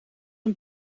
een